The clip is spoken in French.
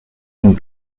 une